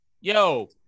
yo